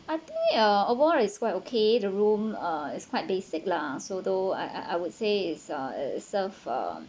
I think uh overall is quite okay the room uh it's quite basic lah so though I I would say is uh itself uh